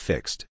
Fixed